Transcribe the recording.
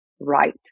right